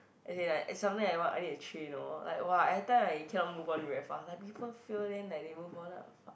as in like it's something I want I need to train lor like !wah! every time I cannot move on very fast like people fail then like they move on lah